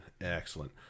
excellent